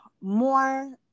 more